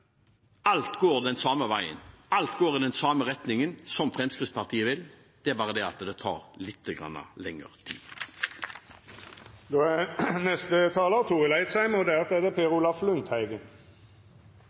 alt går den samme veien. Alt går i den retningen Fremskrittspartiet vil, det er bare det at det tar lite grann lengre tid. Kva er det